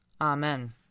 Amen